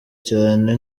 cyane